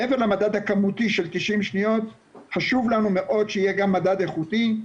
מעבר למדד הכמותי של 90 שניות חשוב לנו מאוד שיהיה גם מדד איכותי.